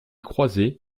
croisées